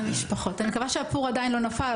אני מקווה שהפור עדיין לא נפל,